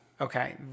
Okay